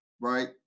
right